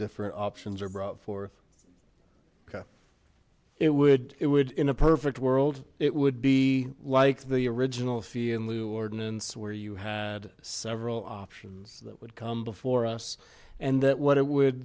different options are brought forth it would it would in a perfect world it would be like the original fee in lieu ordinance where you had several options that would come before us and that what it would